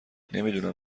نمیدونم